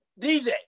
DJ